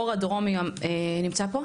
אור הדומי נמצא פה?